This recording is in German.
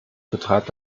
betrat